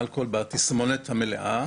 זו אילוסטרציה של מי שנפגע מאלכוהול בצורה מלאה.